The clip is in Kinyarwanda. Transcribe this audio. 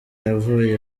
yavuye